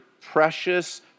precious